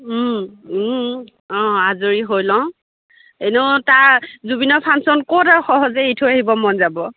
অঁ আজৰি হৈ লওঁ এনেও তাৰ জুবিনৰ ফাংচন ক'ত আৰু সহজে এৰি থৈ আহিব মন যাব